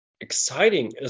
exciting